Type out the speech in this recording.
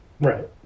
Right